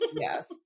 Yes